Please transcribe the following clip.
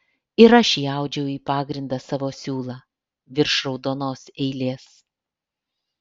ir aš įaudžiau į pagrindą savo siūlą virš raudonos eilės